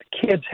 kids